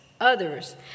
others